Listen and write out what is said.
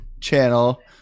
channel